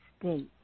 state